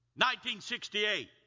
1968